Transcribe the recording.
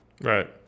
Right